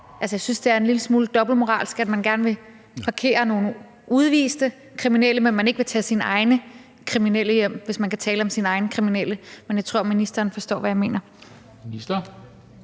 jeg synes, det er en lille smule dobbeltmoralsk, at man gerne vil parkere nogle udviste kriminelle, men at man ikke vil tage sine egne kriminelle hjem, hvis man kan tale om sine egne kriminelle – jeg tror, ministeren forstår, hvad jeg mener.